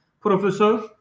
Professor